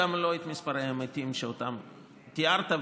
גם לא את מספרי המתים שאותם תיארת,